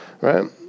right